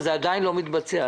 זה עדיין לא מתבצע.